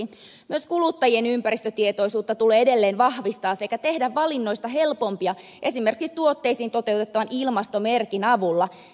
myös kuluttajien ympäristötietoisuutta tulee edelleen vahvistaa sekä tehdä valinnoista helpompia esimerkiksi tuotteisiin toteutettavan ilmastomerkin avulla